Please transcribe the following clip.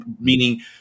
meaning